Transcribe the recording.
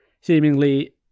Seemingly